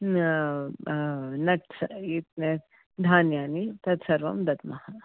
न सत् धान्यानि तत् सर्वं दद्मः